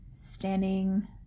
Standing